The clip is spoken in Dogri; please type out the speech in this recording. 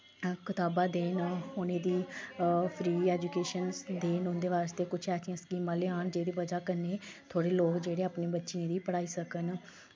कताबां देन उ'नें गी फ्री ऐजुकेशन्स देन उं'दे बास्तै किश ऐसियां स्कीमां लेई औन जेह्दी बजह् कन्नै थोह्ड़े लोक जेह्ड़े अपने बच्चें गी पढ़ाई सकन